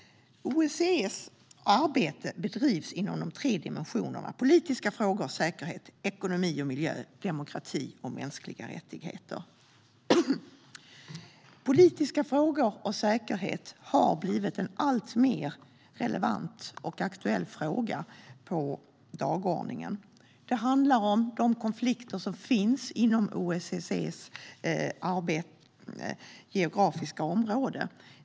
OSSE:s arbete bedrivs inom de tre dimensionerna politiska frågor och säkerhet, ekonomi och miljö samt demokrati och mänskliga rättigheter. Politiska frågor och säkerhet har blivit en alltmer relevant och aktuell fråga på dagordningen. Det handlar om de konflikter som finns inom OSSE:s geografiska område.